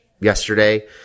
yesterday